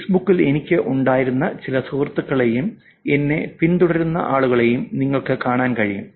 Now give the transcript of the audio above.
ഫേസ്ബുക്കിൽ എനിക്ക് ഉണ്ടായിരുന്ന ചില സുഹൃത്തുക്കളെയും എന്നെ പിന്തുടരുന്ന ആളുകളെയും നിങ്ങൾക്ക് കാണാൻ കഴിയും